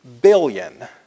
billion